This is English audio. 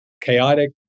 chaotic